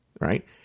Right